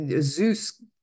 Zeus